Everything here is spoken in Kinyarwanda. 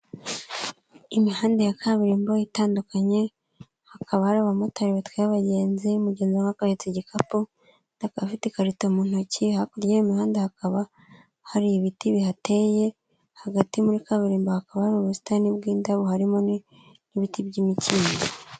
Imihanda ya kaburimbo itandukanye, hakaba hari abamotari batwaye abagenzi, umugenzi umwe akaba ahetse igikapu, akaba afite ikarito mu ntoki, hakurya y'umuhanda hakaba hari ibiti bihateye, hagati muri kaburimbo hakaba hari ubusitani bw'indabo harimo n'ibiti by'imikindo.